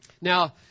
Now